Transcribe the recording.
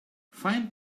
find